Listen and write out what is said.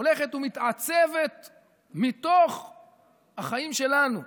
הולכת ומתעצבת מתוך החיים שלנו.